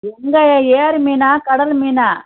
எந்த ஏரி மீனா கடல் மீனா